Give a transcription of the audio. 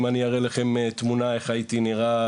אם אני אראה לכם תמונה איך הייתי נראה